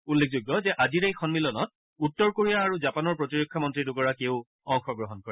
উল্লেখযোগ্য যে আজিৰ এই সমিলনত উত্তৰ কোৰিয়া আৰু জাপানৰ প্ৰতিৰক্ষা মন্ত্ৰী দুগৰাকীয়েও অংশগ্ৰহণ কৰে